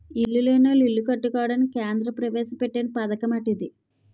ఇల్లు లేనోళ్లు ఇల్లు కట్టుకోవడానికి కేంద్ర ప్రవేశపెట్టిన పధకమటిది